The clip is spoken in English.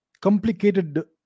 complicated